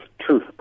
truth